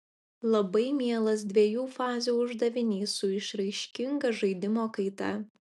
labai mielas dviejų fazių uždavinys su išraiškinga žaidimo kaita